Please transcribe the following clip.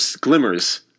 glimmers